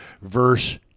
verse